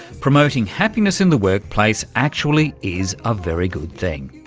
promoting happiness in the workplace actually is a very good thing.